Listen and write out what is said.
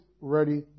ready